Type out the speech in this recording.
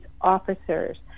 officers